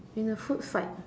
in a food fight